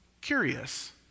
curious